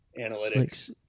analytics